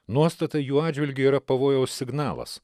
nuostata jų atžvilgiu yra pavojaus signalas